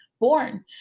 born